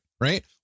right